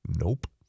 Nope